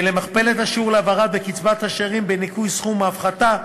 למכפלת השיעור להעברה בקצבת השאירים בניכוי סכום ההפחתה.